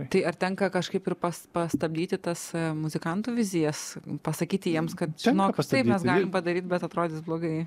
tai ar tenka kažkaip ir pas pastabdyti tas muzikantų vizijas pasakyti jiems kad žinok taip mes galima padaryt bet atrodys blogai